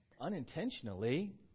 unintentionally